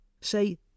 say